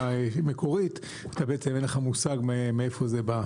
באריזה מקורית, אין לך מושג מאיפה זה בא.